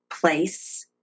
place